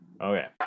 Okay